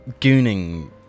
Gooning